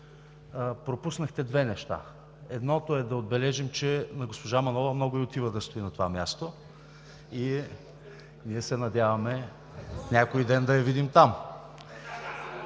пропуснахте две неща – едното е да отбележим, че на госпожа Манолова много ѝ отива да стои на това място и ние се надяваме някой ден да я видим там.